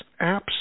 apps